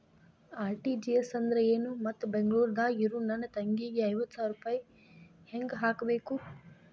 RTGS ಅಂದ್ರ ಏನು ಮತ್ತ ಬೆಂಗಳೂರದಾಗ್ ಇರೋ ನನ್ನ ತಂಗಿಗೆ ಐವತ್ತು ಸಾವಿರ ರೂಪಾಯಿ ಹೆಂಗ್ ಹಾಕಬೇಕು?